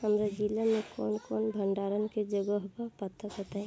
हमरा जिला मे कवन कवन भंडारन के जगहबा पता बताईं?